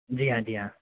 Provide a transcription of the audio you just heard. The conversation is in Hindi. जी हाँ जी हाँ